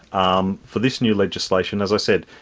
um for this new legislation, as i said,